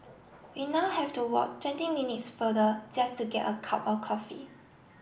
we now have to walk twenty minutes further just to get a cup of coffee